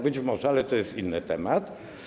Być może, ale to jest inny temat.